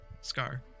Scar